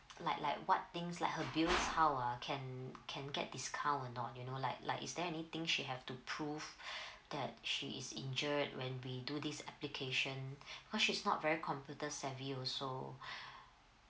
like like what things like her bills how ah can can get discount or not you know like like is there anything she have to prove that she is injured when we do this application cause she's not very computer savvy also